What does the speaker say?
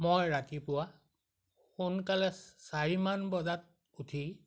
মই ৰাতিপুৱা সোনকালে চাৰিমান বজাত উঠি